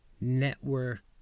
network